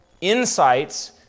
insights